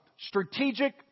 strategic